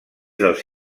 dels